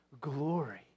glory